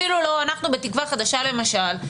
אנחנו בתקווה חדשה למשל,